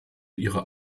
ihrer